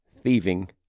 thieving